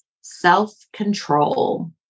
self-control